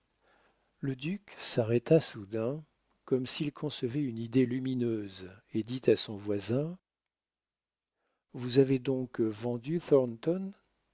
le duc s'arrêta soudain comme s'il concevait une idée lumineuse et dit à son voisin vous avez donc vendu